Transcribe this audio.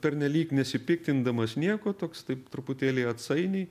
pernelyg nesipiktindamas nieko toks taip truputėlį atsainiai